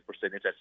percentage